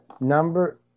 Number